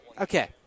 Okay